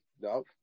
no